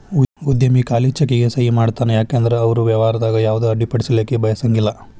ಉದ್ಯಮಿ ಖಾಲಿ ಚೆಕ್ಗೆ ಸಹಿ ಮಾಡತಾನ ಯಾಕಂದ್ರ ಅವರು ವ್ಯವಹಾರದಾಗ ಯಾವುದ ಅಡ್ಡಿಪಡಿಸಲಿಕ್ಕೆ ಬಯಸಂಗಿಲ್ಲಾ